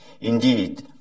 Indeed